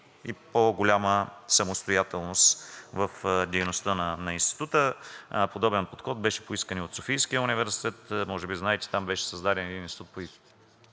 и по-голяма самостоятелност в дейността на института. Подобен подход беше поискан и от Софийския университет. Може би знаете, там беше създаден един Институт по компютърни